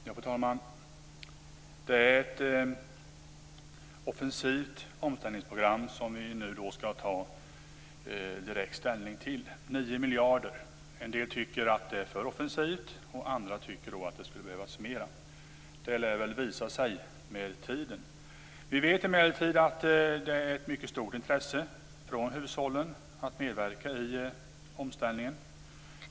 Fru talman! Det är ett offensivt omställningsprogram om 9 miljarder som vi nu skall ta ställning till. En del tycker att det är för offensivt, medan andra tycker att det skulle behövas mer. Resultatet lär väl visa sig med tiden. Vi vet emellertid att det finns ett mycket stort intresse från hushållen för att medverka i omställningen.